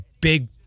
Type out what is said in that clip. big